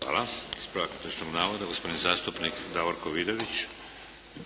**Šeks, Vladimir (HDZ)** Hvala. Ispravak netočnog navoda gospodin zastupnik Davorko Vidović.